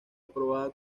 aprobada